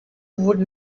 would